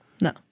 no